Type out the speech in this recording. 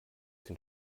den